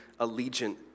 allegiant